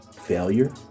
failure